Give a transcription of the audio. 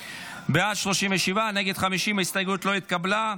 בעד, 37, נגד, 50. ההסתייגות לא התקבלה.